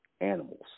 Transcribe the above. animals